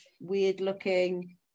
weird-looking